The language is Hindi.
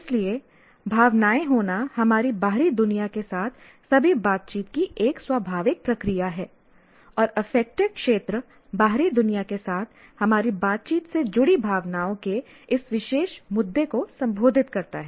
इसलिए भावनाएं होना हमारी बाहरी दुनिया के साथ सभी बातचीत की एक स्वाभाविक प्रक्रिया है और अफेक्टिव क्षेत्र बाहरी दुनिया के साथ हमारी बातचीत से जुड़ी भावनाओं के इस विशेष मुद्दे को संबोधित करता है